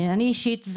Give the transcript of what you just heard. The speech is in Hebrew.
אני אישית,